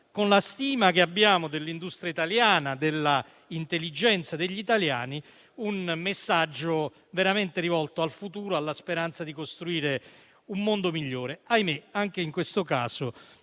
con la stima che abbiamo dell'industria italiana e della intelligenza degli italiani, e che rappresenterebbe un messaggio veramente rivolto al futuro e alla speranza di costruire un mondo migliore. Ahimè, anche in questo caso